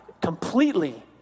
completely